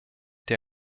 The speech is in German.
der